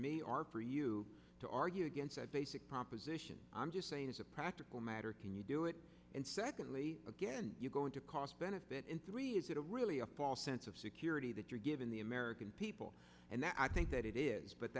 me are for you to argue against that basic proposition i'm just saying as a practical matter can you do it and secondly again you're going to cost benefit in three is it really a false sense of security that you're given the american people and i think that it is but